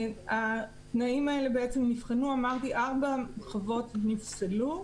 התנאים האלה נבחנו, ארבע חוות נפסלו,